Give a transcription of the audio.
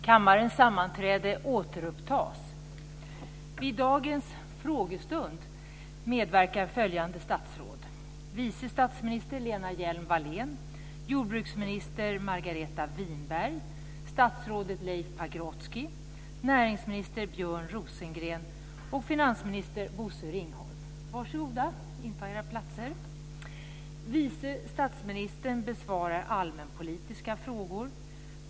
Vid dagens frågestund medverkar följande statsråd: vice statsminister Lena Hjelm-Wallén, jordbruksminister Margareta Winberg, statsrådet Leif Pagrotsky, näringsminister Björn Rosengren och finansminister Bosse Ringholm. Var så goda och inta era platser. Vice statsministern besvarar allmänpolitiska frågor.